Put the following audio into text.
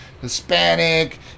Hispanic